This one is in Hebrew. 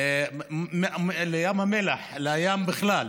לים המלח, לים בכלל?